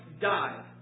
died